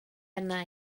arna